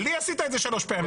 לי עשית את זה שלוש פעמים.